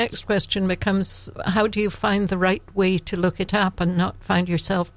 next question becomes how do you find the right way to look at top and find yourself